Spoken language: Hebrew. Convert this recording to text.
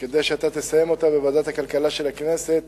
כדי שאתה תסיים אותה בוועדת הכלכלה של הכנסת